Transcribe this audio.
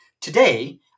Today